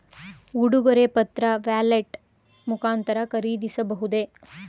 ಉಡುಗೊರೆ ಪತ್ರ ವ್ಯಾಲೆಟ್ ಮುಖಾಂತರ ಖರೀದಿಸಬಹುದೇ?